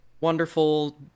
wonderful